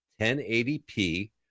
1080p